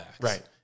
Right